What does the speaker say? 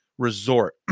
resort